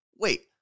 wait